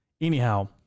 Anyhow